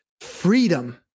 freedom